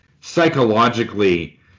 Psychologically